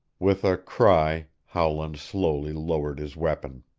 with a cry howland slowly lowered his weapon.